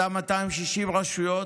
באותן 262 רשויות,